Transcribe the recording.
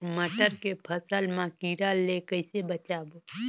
मटर के फसल मा कीड़ा ले कइसे बचाबो?